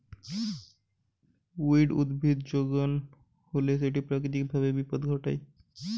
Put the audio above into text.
weed উদ্ভিদের যোগান হইলে সেটি প্রাকৃতিক ভাবে বিপদ ঘটায়